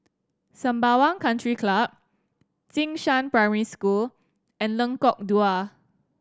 Sembawang Country Club Jing Shan Primary School and Lengkok Dua